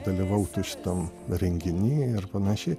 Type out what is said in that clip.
dalyvautų šitam renginy ir panašiai